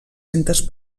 centes